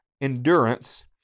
endurance